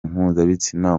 mpuzabitsina